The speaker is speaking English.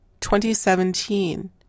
2017